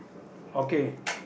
okay